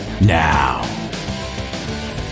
now